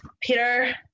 Peter